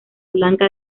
blanca